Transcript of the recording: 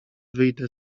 wyjdę